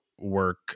work